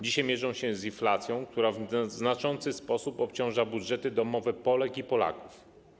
Dzisiaj mierzą się z inflacją, która w znaczący sposób obciąża budżety domowe Polek i Polaków.